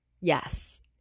Yes